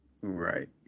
right